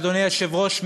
אדוני היושב-ראש,